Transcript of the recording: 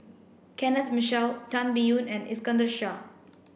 Kenneth Mitchell Tan Biyun and Iskandar Shah